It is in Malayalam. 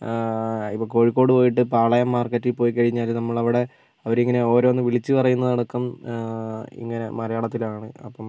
ഇപ്പോൾ കോഴിക്കോട് പോയിട്ട് പാളയം മാർക്കറ്റിൽ പോയി കഴിഞ്ഞാൽ നമ്മൾ അവിടെ അവരിങ്ങനെ ഓരോന്ന് വിളിച്ചു പറയുന്നത് അടക്കം ഇങ്ങനെ മലയാളത്തിലാണ് അപ്പം